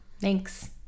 Thanks